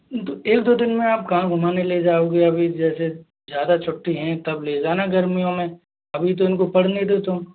एक दो दिन में आप गाँव घुमाने ले जाओगे अभी जैसे ज़्यादा छुट्टी हैं तब ले जाना गर्मियों में अभी तो इनको पढ़ने दे दो